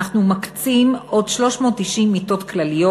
אנחנו מקצים עוד 390 מיטות כלליות.